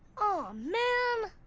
oh man!